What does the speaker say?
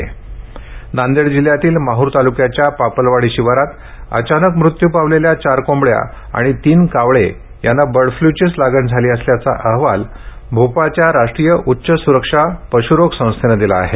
Nanded bird flu Nanded जिल्ह्यातील माहूर तालूक्याच्या पापलवाडी शिवारात अचानक मृत्यू पावलेल्या चार कोंबड्या आणि तीन कावळे यांना बर्डफ्ल्यूचीच लागण झाली असल्याचा अहवाल भोपाळच्या राष्ट्रीय उच्च सुरक्षा पशूरोग संस्थेने दिला आहे